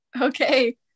Okay